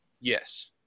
Yes